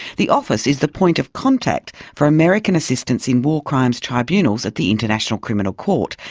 the office is the point of contact for american assistance in war crimes tribunals at the international criminal court,